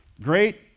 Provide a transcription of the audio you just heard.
Great